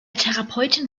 therapeutin